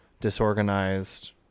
disorganized